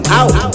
out